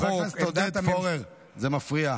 חבר הכנסת עודד פורר, זה מפריע.